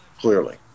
clearly